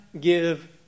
give